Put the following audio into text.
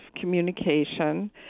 communication